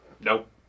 Nope